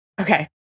okay